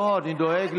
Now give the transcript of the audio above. לא, אני דואג.